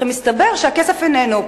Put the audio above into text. מסתבר שהכסף איננו.